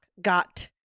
got